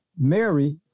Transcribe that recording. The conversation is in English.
Mary